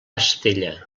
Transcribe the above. estella